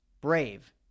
Brave